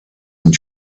and